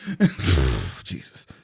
Jesus